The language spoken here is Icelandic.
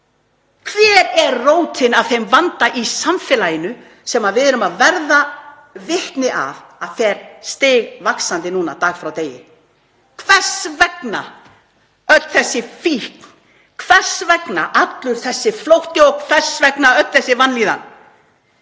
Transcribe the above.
Hver er rótin að þeim vanda í samfélaginu sem við erum að verða vitni að að fer stigvaxandi dag frá degi? Hvers vegna öll þessi fíkn, hvers vegna allur þessi flótti og hvers vegna öll þessi vanlíðan?